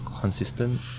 consistent